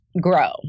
grow